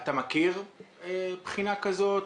אתה מכיר בחינה כזאת?